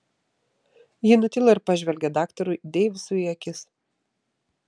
ji nutilo ir pažvelgė daktarui deivisui į akis